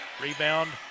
Rebound